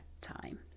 time